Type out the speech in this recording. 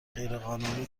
غیرقانونی